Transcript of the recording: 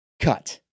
cut